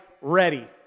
ready